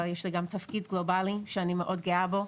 אבל יש לי גם תפקיד גלובלי שאני מאוד גאה בו,